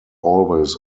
always